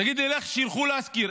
תגידו: שילכו לשכור.